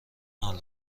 حال